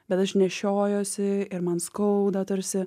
bet aš nešiojuosi ir man skauda tarsi